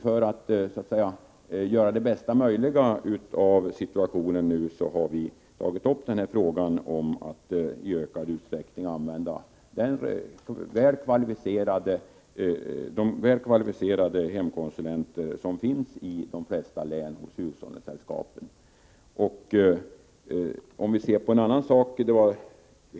För att nu göra det bästa möjliga av situationen har vi tagit upp frågan om att i ökad utsträckning använda de väl kvalificerade hemkonsulenter som finns hos hushållningssällskapen i de flesta län.